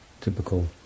typical